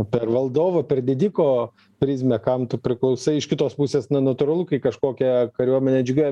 per valdovo per didiko prizmę kam tu priklausai iš kitos pusės na natūralu kai kažkokia kariuomenė atžygiuoja